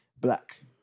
black